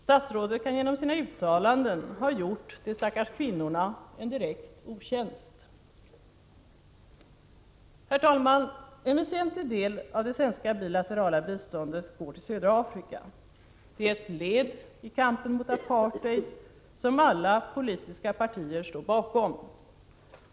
Statsrådet kan genom sina uttalanden ha gjort de stackars kvinnorna en direkt otjänst. Herr talman! En väsentlig del av det svenska bilaterala biståndet går till södra Afrika. Det är ett led i kampen mot apartheid som alla politiska partier står bakom.